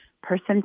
person